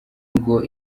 ngo